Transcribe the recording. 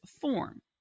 form